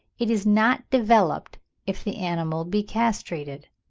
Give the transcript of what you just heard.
it is not developed if the animal be castrated.